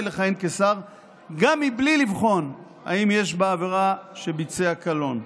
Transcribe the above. לכהן כשר גם בלי לבחון אם יש בעבירה שביצע קלון.